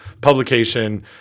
publication